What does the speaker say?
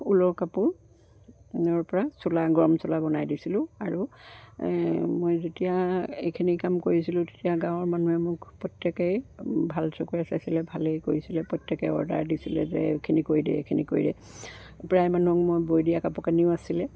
ঊলৰ কাপোৰৰ পৰা চোলা গৰম চোলা বনাই দিছিলোঁ আৰু মই যেতিয়া এইখিনি কাম কৰিছিলোঁ তেতিয়া গাঁৱৰ মানুহে মোক প্ৰত্যেকেই ভাল চকুৰে চাইছিলে ভালেই কৰিছিলে প্ৰত্যেকেই অৰ্ডাৰ দিছিলে যে এইখিনি কৰি দে এইখিনি কৰি দে প্ৰায় মানুহক মই বৈ দিয়া কাপোৰ কানিও আছিলে